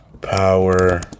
power